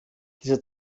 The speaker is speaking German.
dieser